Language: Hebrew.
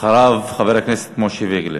אחריו, חבר הכנסת משה פייגלין.